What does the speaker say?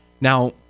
Now